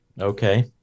Okay